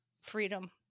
freedom